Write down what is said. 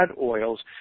oils